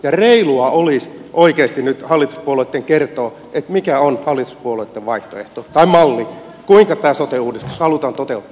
ja reilua olisi oikeasti nyt hallituspuolueitten kertoa mikä on hallituspuolueitten vaihtoehto tai malli siihen kuinka tämä sote uudistus halutaan toteuttaa